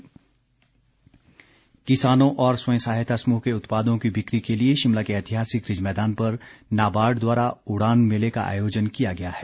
उड़ान मेला किसानों और स्वयं सहायता समूह के उत्पादों की बिक्री के लिए शिमला के ऐतिहासिक रिज मैदान पर नाबार्ड द्वारा उड़ान मेले का आयोजन किया गया है